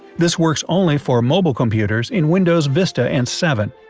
this works only for mobile computers in windows vista and seven.